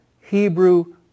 Hebrew